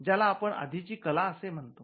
ज्याला आपण आधीची कला असे म्हणतो